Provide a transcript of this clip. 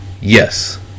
Yes